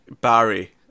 Barry